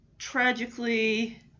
Tragically